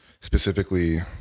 specifically